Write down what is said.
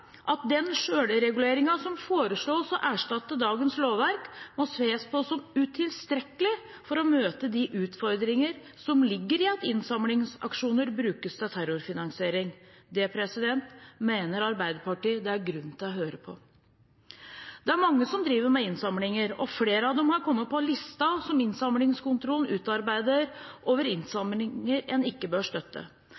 at den selvreguleringen som foreslås å erstatte dagens lovverk, må ses på som utilstrekkelig for å møte de utfordringene som ligger i at innsamlingsaksjoner brukes til terrorfinansiering. Det mener Arbeiderpartiet det er grunn til å høre på. Det er mange som driver med innsamlinger, og flere av dem har kommet på listen som Innsamlingskontrollen utarbeider over innsamlinger en ikke bør støtte.